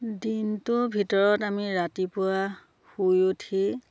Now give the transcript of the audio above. দিনটোৰ ভিতৰত আমি ৰাতিপুৱা শুই উঠি